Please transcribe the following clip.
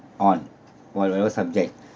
on whatever subject